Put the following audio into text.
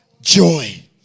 joy